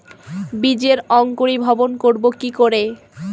বীজের অঙ্কোরি ভবন করব কিকরে?